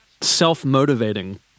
self-motivating